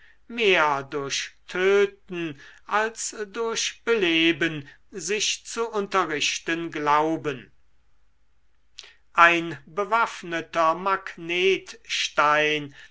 mehr durch töten als durch beleben sich zu unterrichten glauben ein bewaffneter magnetstein